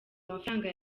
amafaranga